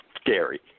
scary